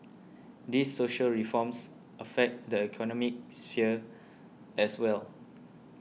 these social reforms affect the economic sphere as well